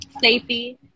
Safety